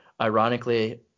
ironically